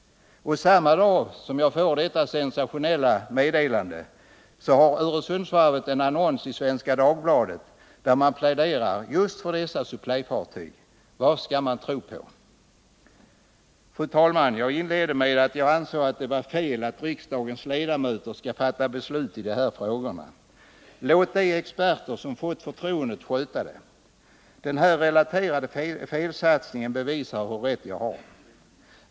Och samma dag jag får detta sensationella meddelande har Öresundsvarvet en annons i Svenska Dagbladet, där man pläderar för just dessa supplyfartyg. Vad skall man tro på? Fru talman! Jag inledde med att säga att jag ansåg det vara fel att riksdagens ledamöter skall fatta beslut i de här frågorna. Låt de experter som fått förtroendet sköta det. Den här relaterade felsatsningen bevisar hur rätt jag har.